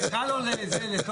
זה קל לו לתומר,